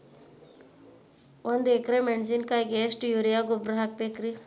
ಒಂದು ಎಕ್ರೆ ಮೆಣಸಿನಕಾಯಿಗೆ ಎಷ್ಟು ಯೂರಿಯಾ ಗೊಬ್ಬರ ಹಾಕ್ಬೇಕು?